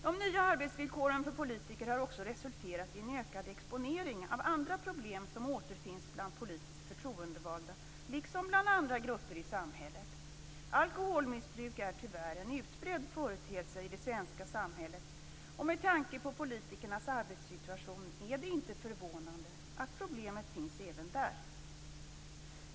De nya arbetsvillkoren för politiker har också resulterat i en ökad exponering av andra problem som återfinns bland politiskt förtroendevalda liksom bland andra grupper i samhället. Alkoholmissbruk är tyvärr en utbredd företeelse i det svenska samhället, och med tanke på politikernas arbetssituation är det inte förvånande att problemet finns även där.